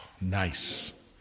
nice